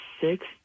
six